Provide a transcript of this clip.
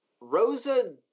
Rosa